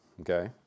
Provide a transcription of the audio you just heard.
Okay